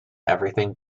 everything